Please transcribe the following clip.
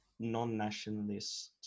non-nationalist